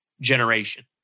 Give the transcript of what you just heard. generation